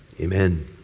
Amen